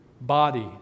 body